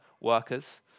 workers